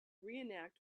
reenact